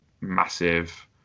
massive